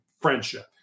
friendship